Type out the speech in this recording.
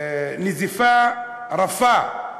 נזיפה רפה,